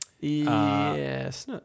Yes